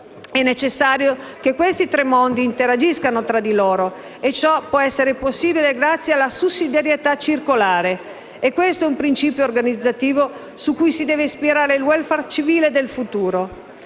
È necessario che questi tre mondi interagiscano tra di loro e ciò può essere possibile grazie alla sussidiarietà circolare. È questo il principio organizzativo cui si deve ispirare il *welfare* civile del futuro.